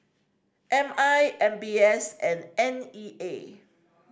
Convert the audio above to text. M I M B S and N E A